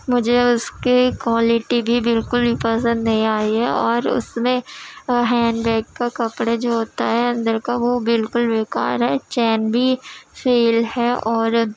مجھے اس کی کوالٹی بھی بالکل بھی پسند نہیں آئی ہے اور اس میں ہینڈ بیگ کا کپڑے جو ہوتا ہے اندر کا وہ بالکل بیکار ہے چین بھی فیل ہے اور